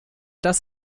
das